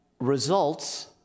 Results